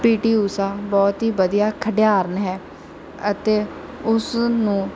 ਪੀ T Usha ਬਹੁਤ ਹੀ ਵਧੀਆ ਖਿਡਾਰਨ ਹੈ ਅਤੇ ਉਸ ਨੂੰ